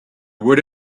would